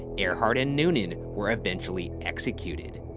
earhart and noonan were eventually executed.